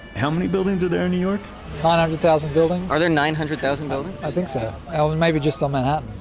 how many buildings are there in new york? ah nine hundred thousand buildings. are there nine hundred thousand buildings? i think so, or maybe just in manhattan.